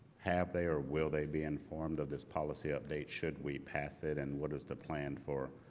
have they or will they be informed of this policy update? should we pass it? and what is the plan for?